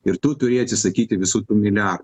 ir tu turi atsisakyti visų tų milijardų